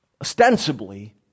ostensibly